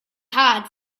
hard